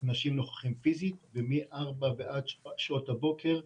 הסיוע שאתם מקבלים מהחדרים האקוטיים,